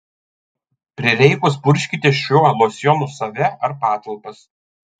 prireikus purkškite šiuo losjonu save ar patalpas